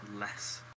less